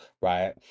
right